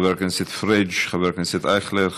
חבר הכנסת פריג'; חבר הכנסת אייכלר.